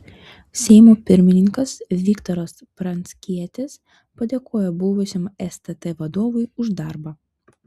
seimo pirmininkas viktoras pranckietis padėkojo buvusiam stt vadovui už darbą